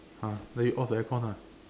!huh! then you off the aircon ah